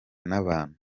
n’abantu